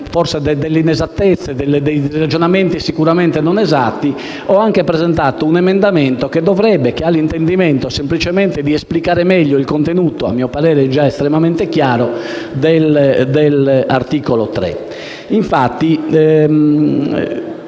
sorte delle inesattezze, dei ragionamenti sicuramente non esatti, ho anche presentato un emendamento che ha semplicemente l'intendimento di esplicare meglio il contenuto, a mio parere già estremamente chiaro, dell'articolo 3